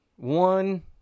one